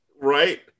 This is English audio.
Right